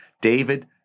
David